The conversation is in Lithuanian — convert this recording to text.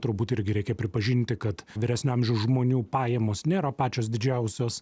turbūt irgi reikia pripažinti kad vyresnio amžiaus žmonių pajamos nėra pačios didžiausios